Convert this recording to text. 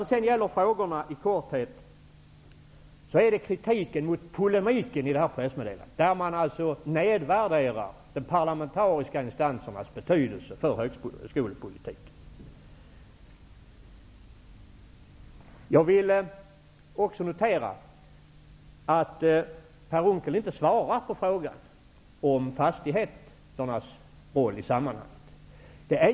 Kritiken gäller polemiken i pressmeddelandet, där man nedvärderar de parlamentariska instansernas betydelse för högskolepolitiken. Per Unckel svarade inte på frågan om fastigheternas roll i sammanhanget.